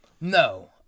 No